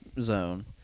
zone